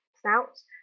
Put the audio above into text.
snouts